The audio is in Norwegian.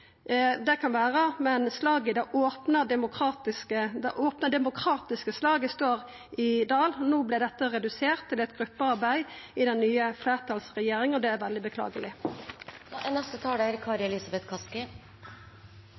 Det kan vera, men det opne, demokratiske slaget står i dag. No vert dette redusert til eit gruppearbeid i den nye fleirtalsregjeringa, og det er veldig beklageleg. Vi hører fra flere av representantene fra regjeringspartiene at det for forslagsstillerne utelukkende er